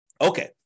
Okay